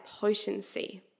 potency